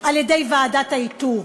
על-ידי ועדת האיתור.